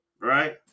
right